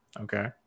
okay